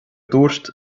dúirt